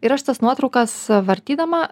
ir aš tas nuotraukas vartydama